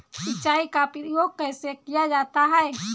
सिंचाई का प्रयोग कैसे किया जाता है?